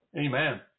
Amen